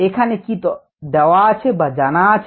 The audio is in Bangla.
এখানে কি দেওয়া আছে বা জানা আছে